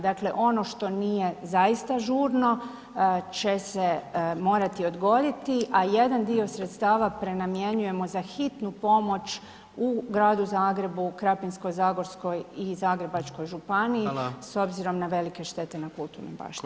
Dakle, ono što nije zaista žurno će se morati odgoditi, a jedan dio sredstava prenamjenjujemo za hitnu pomoć u gradu Zagrebu, Krapinsko-zagorskoj i Zagrebačkoj županiji s obzirom na velike štete na kulturnim baštinama.